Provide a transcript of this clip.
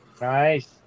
nice